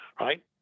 right